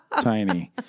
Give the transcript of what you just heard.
tiny